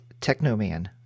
Technoman